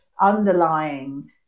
underlying